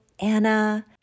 Anna